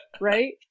Right